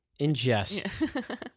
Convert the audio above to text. ingest